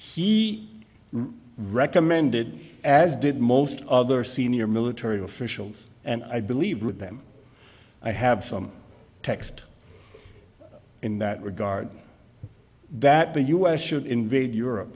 he recommended as did most other senior military officials and i believe with them i have some text in that regard that the us should invade europe